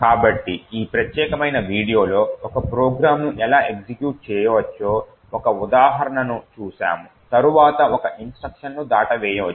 కాబట్టి ఈ ప్రత్యేకమైన వీడియోలో ఒక ప్రోగ్రామ్ను ఎలా ఎగ్జిక్యూట్ చేయవచ్చో ఒక ఉదాహరణను చూశాము తద్వారా ఒక ఇన్స్ట్రక్షన్ను దాటవేయవచ్చు